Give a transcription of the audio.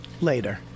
later